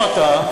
או אתה,